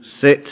sit